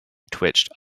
twitched